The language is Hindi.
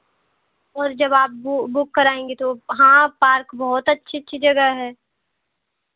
और जब आप बु बुक कराएँगे तो हाँ पार्क बहुत अच्छी अच्छी जगह है